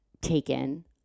taken